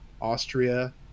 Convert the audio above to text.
Austria